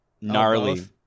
gnarly